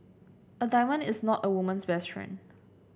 a diamond is not a woman's best friend